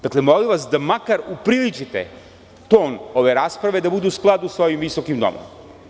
Dakle, molim vas da makar upriličite ton ove rasprave, da bude u skladu sa ovim visokim domom.